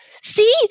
see